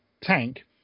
tank